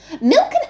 milk